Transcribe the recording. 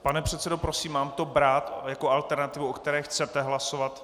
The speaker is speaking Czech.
Pane předsedo, prosím, mám to brát jako alternativu, o které chcete hlasovat?